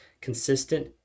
consistent